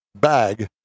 bag